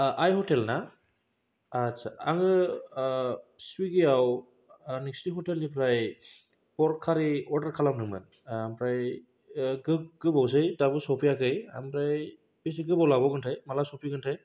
आइ hotel ना आटसा आङो स्विगियाव नोंसिनि हटेलनिफ्राय पर्क कारि अरदार खालामदोंमोन ओमफाय गो गोबावसै दाबो सफैयाखै आमफ्राय बेसे गोबाव लाबावगोनथाय माला सफैगोनथाय